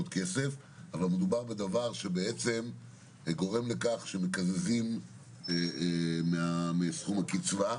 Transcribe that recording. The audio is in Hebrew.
כסף אבל מדובר בדבר שבעצם גורם לכך שמקזזים מסכום הקצבה.